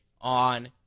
on